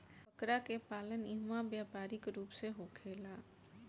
बकरा के पालन इहवा व्यापारिक रूप से होखेला